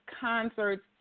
concerts